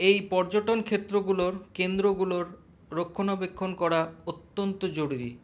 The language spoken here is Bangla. এই পর্যটন ক্ষেত্রগুলোর কেন্দ্রগুলোর রক্ষনাবেক্ষন করা অত্যন্ত জরুরি